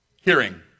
Hearing